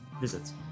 visits